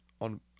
on